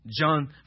John